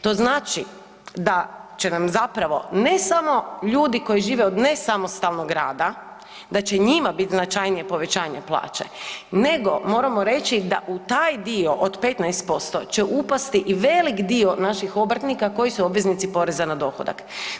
To znači da će nam zapravo, ne samo ljudi koji žive od nesamostalnog rada, da će njima biti značajnije povećanje plaće, nego moramo reći da u taj dio od 15% će upasti i velik dio naših obrtnika koji su obveznici poreza na dohodak.